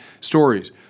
stories